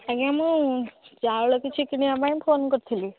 ଆଜ୍ଞା ମୁଁ ଚାଉଳ କିଛି କିଣିବା ପାଇଁ ଫୋନ୍ କରିଥିଲି